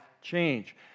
change